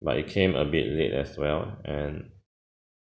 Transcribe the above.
but it came a bit late as well and